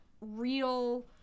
real